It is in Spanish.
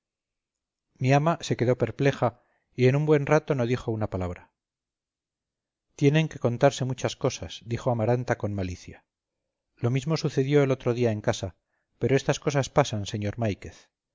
mi ama se quedó perpleja y en un buen rato no dijo una palabra tienen que contarse muchas cosas dijo amaranta con malicia lo mismo sucedió el otro día en casa pero estas cosas pasan señor